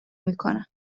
میکنم